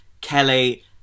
Kelly